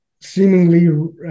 seemingly